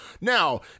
Now